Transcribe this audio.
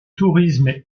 tourisme